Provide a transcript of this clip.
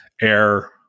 air